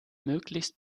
möglichst